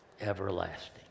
everlasting